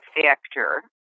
factor